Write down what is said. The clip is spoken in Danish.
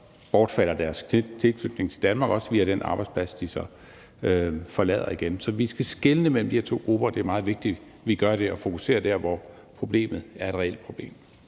så bortfalder deres tilknytning til Danmark også via den arbejdsplads, de så forlader igen. Så vi skal skelne mellem de her to grupper. Det er meget vigtigt, at vi gør det og fokuserer dér, hvor der er et reelt problem.